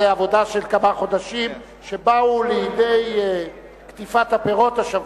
זה עבודה של כמה חודשים שבאה לידי קטיפת הפירות השבוע.